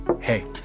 Hey